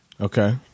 okay